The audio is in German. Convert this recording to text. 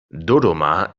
dodoma